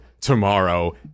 tomorrow